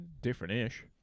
Different-ish